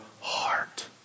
heart